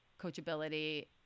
coachability